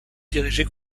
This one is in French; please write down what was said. dirigé